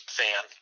fan